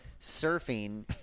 surfing